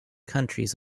countries